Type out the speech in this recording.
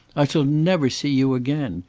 i shall never see you again!